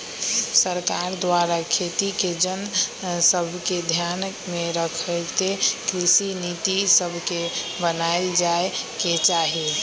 सरकार द्वारा खेती के जन सभके ध्यान में रखइते कृषि नीति सभके बनाएल जाय के चाही